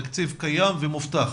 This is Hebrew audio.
תקציב קיים ומובטח.